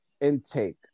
intake